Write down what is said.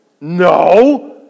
No